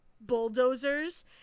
bulldozers